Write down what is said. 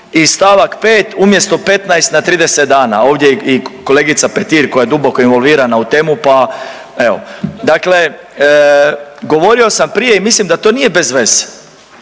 i st. 5, umjesto 15 na 30 dana. Ovdje je i kolegica Petir koja je duboko involvirana u temu pa, evo. Govorio sam prije i mislim da to nije bez veze